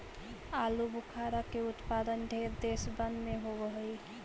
आलूबुखारा के उत्पादन ढेर देशबन में होब हई